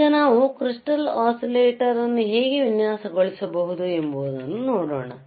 ಈಗ ನಾವು crystal oscillator ಅನ್ನು ಹೇಗೆ ವಿನ್ಯಾಸಗೊಳಿಸಬಹುದು ಎಂಬುದನ್ನು ನೋಡೋಣ